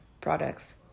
products